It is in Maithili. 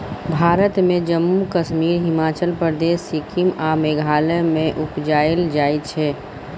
भारत मे जम्मु कश्मीर, हिमाचल प्रदेश, सिक्किम आ मेघालय मे उपजाएल जाइ छै